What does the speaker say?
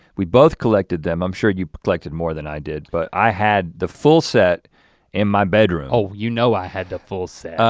we both collected them, i'm sure you collected more than i did, but i had the full set in my bedroom. oh you know i had the full set.